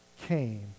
came